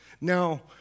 Now